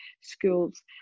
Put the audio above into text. schools